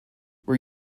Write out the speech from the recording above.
were